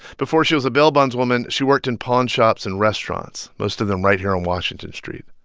before she was a bail-bondswoman, she worked in pawn shops and restaurants, most of them right here on washington street.